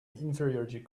inferiority